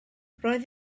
roedd